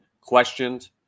questioned